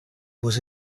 was